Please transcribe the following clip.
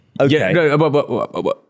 okay